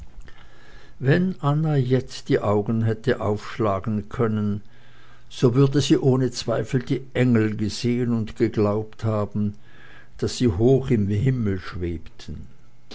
wenn anna jetzt die augen hätte aufschlagen können so würde sie ohne zweifel die engel gesehen und geglaubt haben daß sie hoch im himmel schwebten